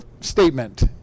statement